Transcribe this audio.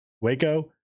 Waco